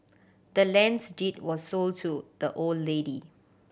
the land's deed was sold to the old lady